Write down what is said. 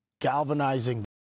Galvanizing